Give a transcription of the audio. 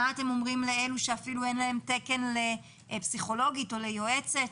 מה אתם אומרים למי שאפילו אין לו תקן לפסיכולוגית או ליועצת?